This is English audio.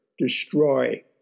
destroy